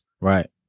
Right